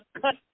cut